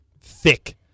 thick